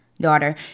daughter